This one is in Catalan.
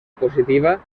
positiva